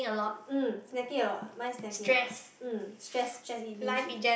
mm snacking a lot mine is snacking a lot um stress stress eat binging